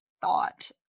thought